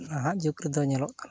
ᱱᱟᱦᱟᱜ ᱡᱩᱜᱽ ᱨᱮᱫᱚ ᱧᱮᱞᱚᱜ ᱠᱟᱱᱟ